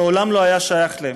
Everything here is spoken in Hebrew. שמעולם לא היה שייך להם.